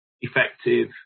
effective